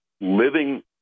living